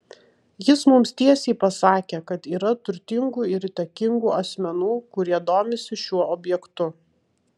jis mums tiesiai pasakė kad yra turtingų ir įtakingų asmenų kurie domisi šiuo objektu